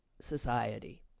society